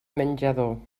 menjador